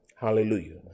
Hallelujah